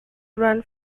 run